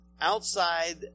Outside